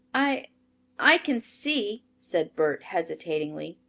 i i can see, said bert hesitatingly.